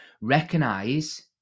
Recognize